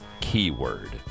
Keyword